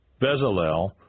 Bezalel